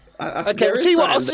Okay